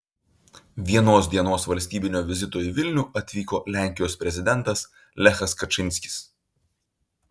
vienos dienos valstybinio vizito į vilnių atvyko lenkijos prezidentas lechas kačynskis